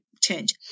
change